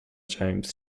james